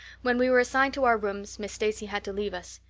when we were assigned to our rooms miss stacy had to leave us.